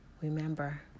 Remember